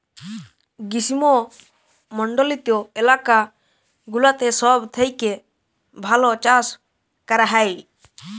গ্রীস্মমন্ডলিত এলাকা গুলাতে সব থেক্যে ভাল চাস ক্যরা হ্যয়